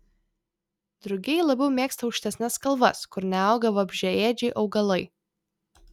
drugiai labiau mėgsta aukštesnes kalvas kur neauga vabzdžiaėdžiai augalai